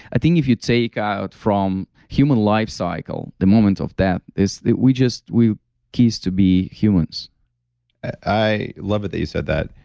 i think if you take out from human life cycle, the moment of death is we just, we cease to be humans i love it that you said that,